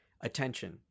attention